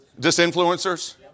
Disinfluencers